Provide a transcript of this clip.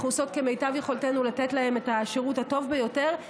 אנחנו עושות כמיטב יכולתנו לתת להם את השירות הטוב ביותר,